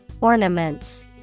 Ornaments